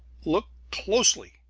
look closely!